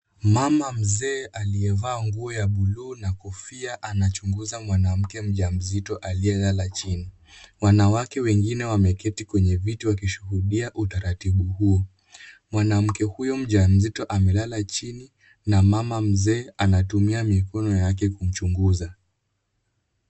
Mama mzee aliyevaa nguo ya buluu na kofia anachunguza mwanamke mjazito aliyelala chini, wanawake wengine wameketi kwenye viti wakishuhudia utaratibu huo. Mwanamke huyo mjazito amelala chini na mama mzee anatumia mikono yake kumchunguza.